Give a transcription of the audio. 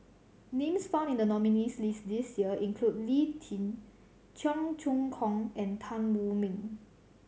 names found in the nominees' list this year include Lee Tjin Cheong Choong Kong and Tan Wu Meng